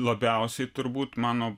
labiausiai turbūt mano